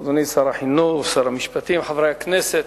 אדוני שר החינוך, שר המשפטים, חברי הכנסת,